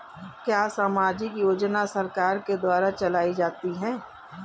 क्या सामाजिक योजना सरकार के द्वारा चलाई जाती है?